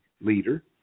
leader